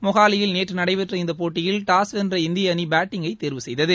மொஹாலியில் நேற்று நடைபெற்ற இந்த போட்டியில் டாஸ் வென்ற இந்திய அணி பேட்டிங்கை தேர்வு செய்தது